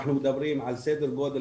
אנחנו מדברים על סדר גודל,